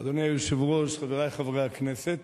אדוני היושב-ראש, חברי חברי הכנסת,